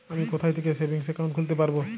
আমি কোথায় থেকে সেভিংস একাউন্ট খুলতে পারবো?